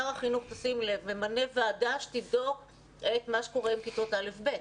שר החינוך תשים לב ממנה ועדה שתבדוק מה קורה עם כיתות א'-ב',